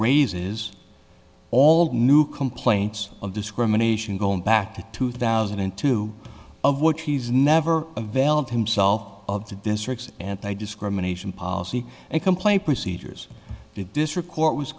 raises all new complaints of discrimination going back to two thousand and two of which he's never developed himself of the district's anti discrimination policy and complaint procedures district court was